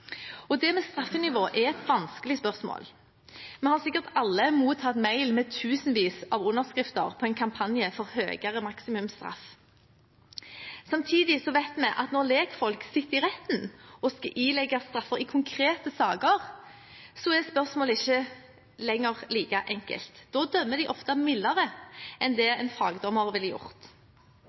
et nyansert spørsmål. Straffenivå er et vanskelig spørsmål. Vi har sikkert alle mottatt mail med tusenvis av underskrifter fra en kampanje for høyere maksimumsstraff. Samtidig vet vi at når lekfolk sitter i retten og skal ilegge straffer i konkrete saker, er spørsmålet ikke lenger like enkelt. Da dømmer de ofte mildere enn det en fagdommer ville gjort.